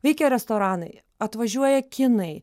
veikia restoranai atvažiuoja kinai